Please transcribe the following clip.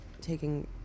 taking